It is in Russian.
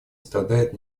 страдает